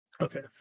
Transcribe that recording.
Okay